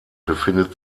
befindet